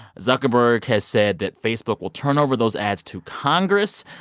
zuckerberg has said that facebook will turn over those ads to congress.